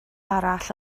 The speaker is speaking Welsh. arall